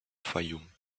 fayoum